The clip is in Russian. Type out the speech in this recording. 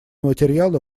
материалы